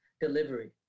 delivery